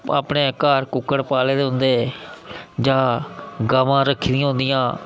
जि'यां अपने घर कुक्कड़ पाले दे होंदे जां ग'वां रक्खी दियां होंदियां